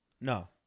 No